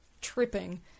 tripping